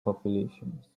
populations